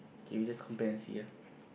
okay we just compare and see ah